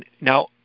Now